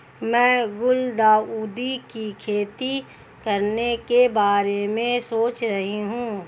मैं गुलदाउदी की खेती करने के बारे में सोच रही हूं